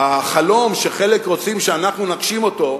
החלום, שחלק רוצים שאנחנו נגשים אותו.